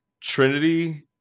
Trinity